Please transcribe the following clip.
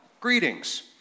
greetings